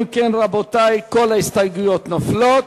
אם כן, רבותי, כל ההסתייגויות נופלות.